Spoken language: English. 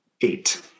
eight